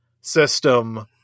system